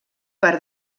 per